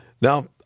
now